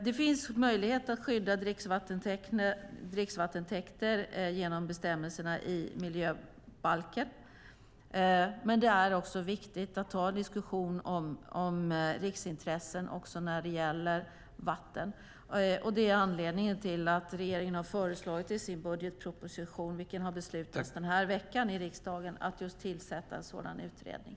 Det finns möjlighet att skydda dricksvattentäkter genom bestämmelserna i miljöbalken, men det är viktigt att ta en diskussion om riksintressen även när det gäller vatten. Det är anledningen till att regeringen i sin budgetproposition, vilken man har beslutat om denna vecka i riksdagen, har föreslagit att det ska tillsättas en sådan utredning.